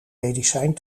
medicijn